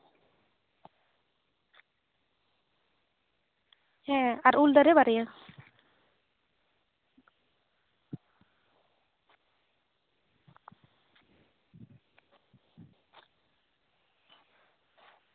ᱦᱮᱸ ᱟᱨ ᱩᱞ ᱫᱟᱨᱮ ᱵᱟᱨᱭᱟ